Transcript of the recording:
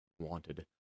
wanted